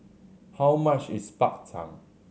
how much is Bak Chang